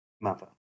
mother